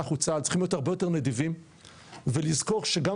אנחנו צה"ל צריכים להיות הרבה יותר נדיבים ולזכור שגם